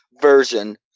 version